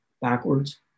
backwards